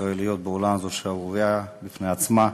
ישראליות בעולם זאת שערורייה בפני עצמה.